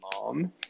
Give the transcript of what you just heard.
mom